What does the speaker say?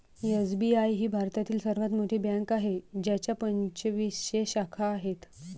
SBI ही भारतातील सर्वात मोठी बँक आहे ज्याच्या पंचवीसशे शाखा आहेत